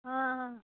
हां हां